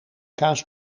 kaas